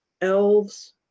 elves